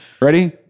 Ready